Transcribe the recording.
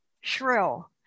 shrill